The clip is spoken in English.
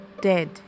dead